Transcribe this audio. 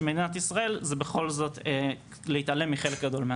מדינת ישראל זה בכל זאת להתעלם מחלק גדול מהסיפור.